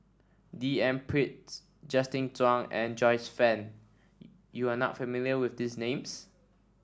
D N Justin Zhuang and Joyce Fan you are not familiar with these names